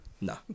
No